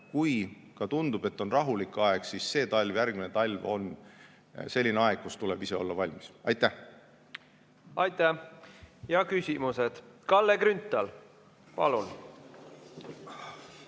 Kui tundubki, et on rahulik aeg, siis see talv ja järgmine talv on tegelikult selline aeg, kui tuleb ise olla valmis. Aitäh! Aitäh! Ja küsimused. Kalle Grünthal, palun!